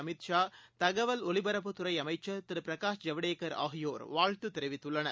அமித்ஷா தகவல் ஒலிபரப்புத்துறைஅமைச்சா் திரு பிரகாஷ் ஜவ்டேகர் ஆகியோர் வாழ்த்துதெரிவித்துள்ளனர்